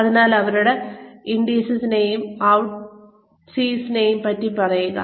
അതിനാൽ അവരോട് ഇൻസിനെയും ഔട്ട്സിനേയും പറ്റി പറയുക